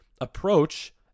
approach